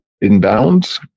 inbound